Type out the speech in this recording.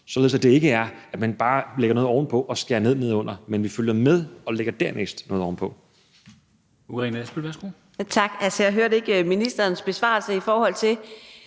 således at det ikke er sådan, at man bare lægger noget ovenpå og skærer ned nedenunder. Men vi følger med og lægger dernæst noget ovenpå.